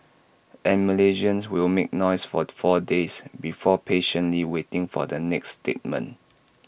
and Malaysians will make noise for four days before patiently waiting the next statement